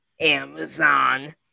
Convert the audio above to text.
Amazon